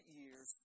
years